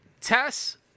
Tess –